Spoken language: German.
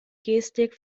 gestik